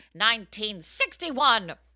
1961